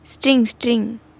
string string